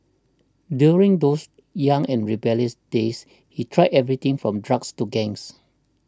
during those young and rebellious days he tried everything from drugs to gangs